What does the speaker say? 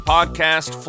Podcast